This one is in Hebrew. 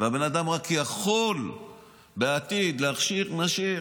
והבן-אדם רק יכול בעתיד להכשיר, נשאיר.